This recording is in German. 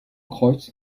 kreuz